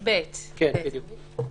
סעיף (ב).